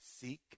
seek